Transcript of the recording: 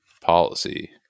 policy